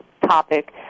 topic